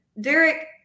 Derek